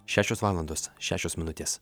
šešios valandos šešios minutės